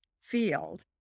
field